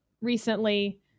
recently